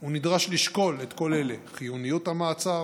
הוא נדרש לשקול את כל אלה: חיוניות המעצר,